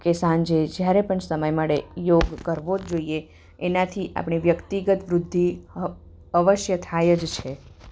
કે સાંજે જ્યારે પણ સમય મળે યોગ કરવો જ જોઈએ એનાથી આપણે વ્યક્તિગત વૃદ્ધિ અવશ્ય થાય જ છે